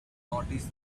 noticed